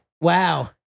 Wow